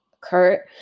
Kurt